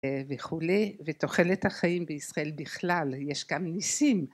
וכולי, ותוחלת החיים בישראל בכלל, יש גם ניסים